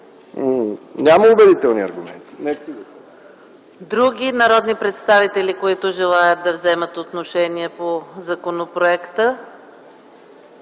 Няма убедителни аргументи.